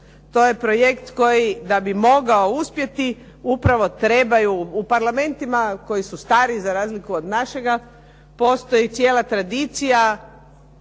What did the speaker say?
To je projekt da bi mogao uspjeti upravo trebaju u prlamentima koji su stariji za razliku od našega postoji cijela tradicija